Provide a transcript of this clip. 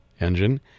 engine